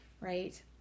right